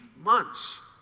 months